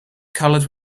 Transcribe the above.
colored